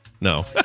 No